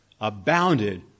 abounded